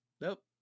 nope